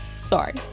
Sorry